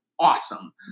awesome